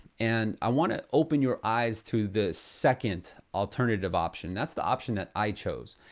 and i want to open your eyes to the second alternative option. that's the option that i chose.